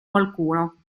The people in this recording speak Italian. qualcuno